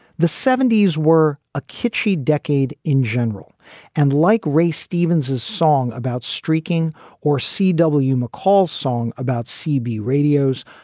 the seventy s were a kitschy decade in general and like ray stevens, his song about streaking or c w. mccall song about cb radios,